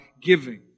giving